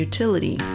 Utility